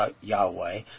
Yahweh